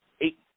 Eight